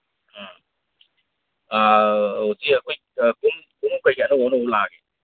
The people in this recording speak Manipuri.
ꯑꯥ ꯍꯧꯖꯤꯛ ꯑꯩꯈꯣꯏ ꯈꯣꯡꯎꯞ ꯀꯩꯀꯩ ꯑꯅꯧ ꯑꯅꯧꯕ ꯂꯥꯛꯑꯒꯦ